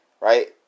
right